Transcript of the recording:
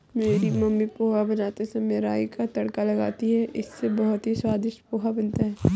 मेरी मम्मी पोहा बनाते समय राई का तड़का लगाती हैं इससे बहुत ही स्वादिष्ट पोहा बनता है